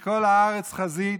כי כל הארץ חזית.